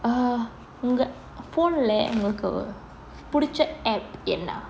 uh உங்க:unga phone இலெ உங்களுக்கு பிடிச்ச:ile ungalukku pidicha app என்ன:enna